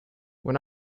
when